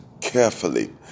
carefully